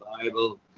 Bible